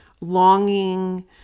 longing